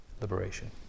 liberation